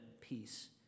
peace